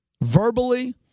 verbally